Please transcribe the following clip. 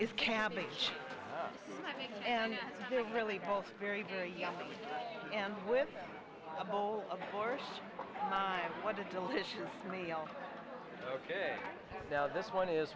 is cabbage and really both very very young and with a bowl of course what a delicious meal ok now this one is